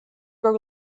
grow